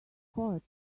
coat